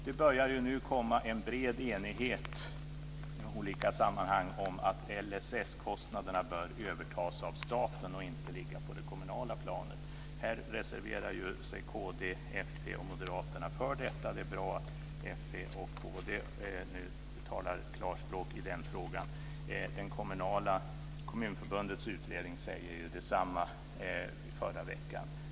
Det börjar nu komma en bred enighet i olika sammanhang om att LSS-kostnaderna bör övertas av staten och inte ligga på det kommunala planet. Här reserverar sig kd, fp och moderaterna för detta. Det är bra att fp och kd nu talar klarspråk i den frågan. Kommunförbundets utredning sade ju detsamma i förra veckan.